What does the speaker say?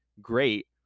great